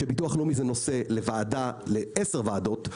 שביטוח לאומי זה נושא לעשר ועדות.